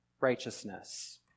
righteousness